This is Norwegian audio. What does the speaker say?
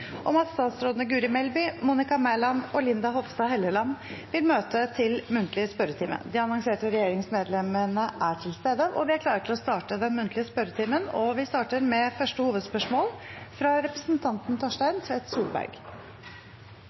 De annonserte regjeringsmedlemmene er til stede, og vi er klare til å starte den muntlige spørretimen. Vi starter med første hovedspørsmål, fra representanten Torstein Tvedt Solberg.